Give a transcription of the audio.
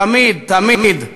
תמיד, תמיד,